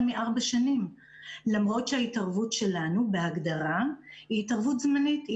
מארבע שנים למרות שההתערבות שלנו בהגדרה היא התערבות זמנית.